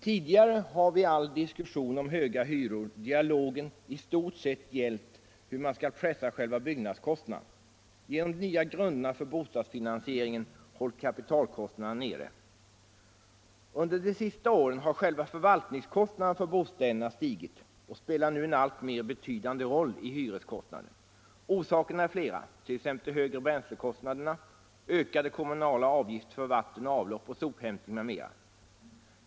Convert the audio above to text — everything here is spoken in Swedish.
Tidigare har vid all diskussion om höga hyror dialogen i stort sett gällt hur man skall pressa själva byggnadskostnaderna. Genom de nya grunderna för bostadsfinansieringen hålls kapitalkostnaderna nere. Under de senaste åren har själva förvaltningskostnaderna för bostäderna stigit och spelar nu en alltmer betydande roll i hyreskostnaderna. Orsakerna är flera: högre bränslekostnader, ökade kommunala avgifter för vatten, avlopp och sophämtning m.m.